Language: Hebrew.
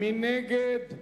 מי נגד?